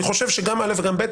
אני חושב שגם (א) וגם (ב),